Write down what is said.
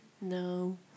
No